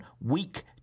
weak